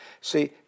See